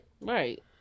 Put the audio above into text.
Right